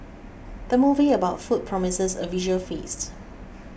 the movie about food promises a visual feast